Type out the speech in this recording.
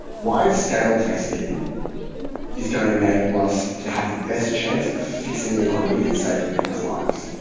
wide-scale testing is going to enable us to have the best chance of fixing the economy and saving people's lives.